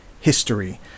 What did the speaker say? history